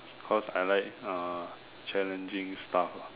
cause I like uh challenging stuff lah